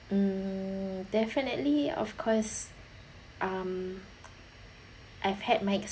mm definitely of course um I've had my